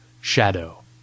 SHADOW